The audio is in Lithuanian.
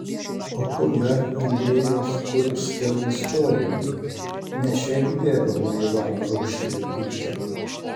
o kur dar andrejaus kurbskio istorija ne šiaip bėgo nuo ivano rūsčiojo pykčio